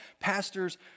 pastors